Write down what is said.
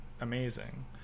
amazing